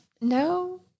no